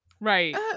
Right